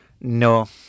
No